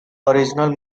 original